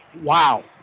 Wow